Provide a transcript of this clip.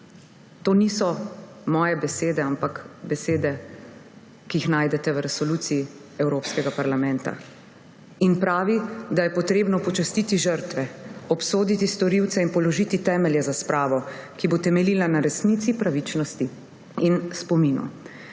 To niso moje besede, ampak besede, ki jih najdete v resoluciji Evropskega parlamenta. In pravi, da je potrebno počastiti žrtve, obsoditi storilce in položiti temelje za spravo, ki bo temeljila na resnici, pravičnosti in spominu.